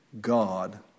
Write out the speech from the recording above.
God